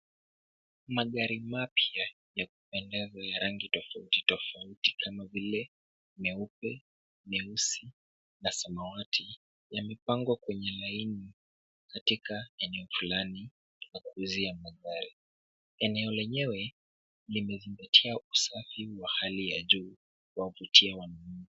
Magari mapya ya kupendeza ya rangi tofauti tofauti kama vile, meupe meusi na samawati yamepangwa kwenye duka flani ambalo ni la kuuzia magari. Eneo lenyewe limezingatia usafi wa hali ya juu kuwavutia wanunuzi.